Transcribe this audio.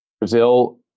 Brazil